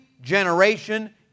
generation